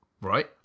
Right